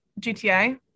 GTA